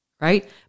right